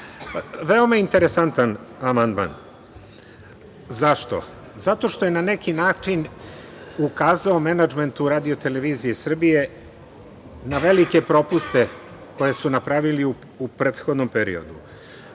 interesantan amandman. Zašto? Zato što je na neki način ukazao menadžmentu RTS na velike propuste koje su napravili u prethodnom periodu.